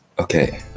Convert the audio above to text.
okay